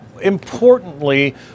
importantly